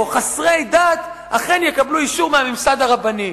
חסרי דת אכן יקבל אישור מהממסד הרבני.